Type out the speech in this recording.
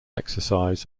exercise